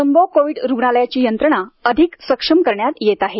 jumbo Covid रुग्णालयाची यंत्रणा अधिक सक्षम करण्यात येत आहे